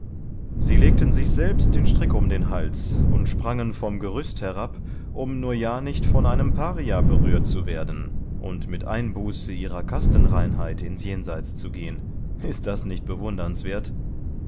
sie legten sich selbst den strick um den hals und sprangen vom gerüst herab um nur ja nicht von einem paria berührt zu werden und mit einbuße ihrer kastenreinheit ins jenseits zu gehen ist das nicht bewundernswert